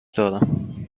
دارم